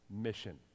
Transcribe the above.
mission